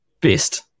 best